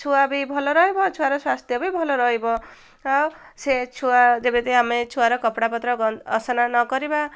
ଛୁଆ ବି ଭଲ ରହିବ ଛୁଆର ସ୍ୱାସ୍ଥ୍ୟ ବି ଭଲ ରହିବ ଆଉ ସେ ଛୁଆ ଯେମିତି ଆମେ ଛୁଆର କପଡ଼ାପତ୍ର ଅସନା ନ କରିବା